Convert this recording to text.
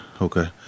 Okay